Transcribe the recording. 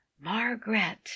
Margaret